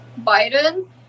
Biden